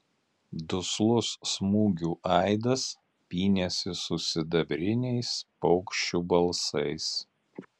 duslus smūgių aidas pynėsi su sidabriniais paukščių balsais